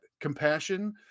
compassion